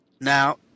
Now